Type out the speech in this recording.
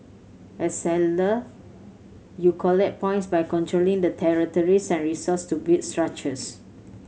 as settler you collect points by controlling the territories and resource to build structures